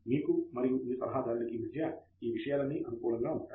మీకు మరియు మీ సలహాదారుకి మధ్య ఈ విషయాలన్నీ అనుకూలంగా ఉంటాయి